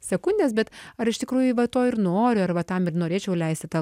sekundes bet ar iš tikrųjų va to ir nori arba tam ir norėčiau leisti tą